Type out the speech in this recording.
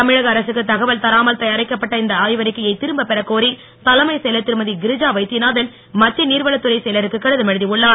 தமிழக அரசுக்கு தகவல் தராமல் தயாரிக்கப்பட்ட இந்த ஆய்வறிக்கையை திரும்ப பெறக் கோரி தமிழக அரசின் தலைமைச் செயலர் திருமதி இரிஜா வைத்தியநாதன் மத்திய நீர்வளத்துறை செயலருக்கு கடிதம் எழுதி உள்ளார்